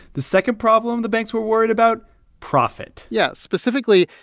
the second problem the banks were worried about profit yeah, specifically,